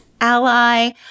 Ally